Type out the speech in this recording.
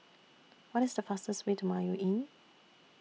What IS The fastest Way to Mayo Inn